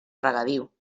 regadiu